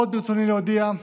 עוד ברצוני להודיע,